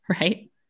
Right